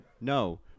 No